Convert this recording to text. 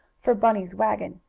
for bunny's wagon.